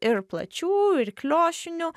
ir plačių ir kliošinių